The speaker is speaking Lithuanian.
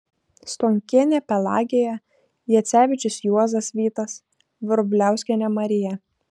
stonkienė pelagėja jacevičius juozas vytas vrubliauskienė marija